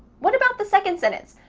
what about the second sentence,